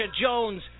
Jones